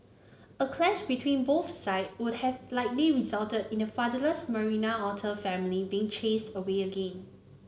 a clash between both side would have likely resulted in the fatherless Marina otter family being chased away again